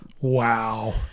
Wow